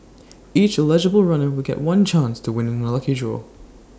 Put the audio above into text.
each eligible runner will get one chance to win in A lucky draw